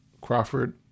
Crawford